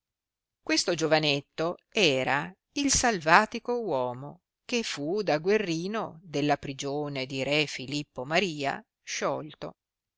questo giovanetto era il salvatico uomo che fu da guerrino della prigione di re filippo maria sciolto